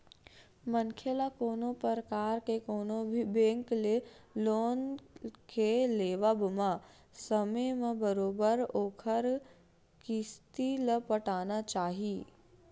मनखे ल कोनो परकार के कोनो भी बेंक ले लोन के लेवब म समे म बरोबर ओखर किस्ती ल पटाना चाही